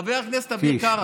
חבר הכנסת אביר קארה,